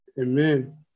Amen